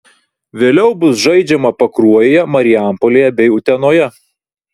vėliau bus žaidžiama pakruojyje marijampolėje bei utenoje